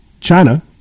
China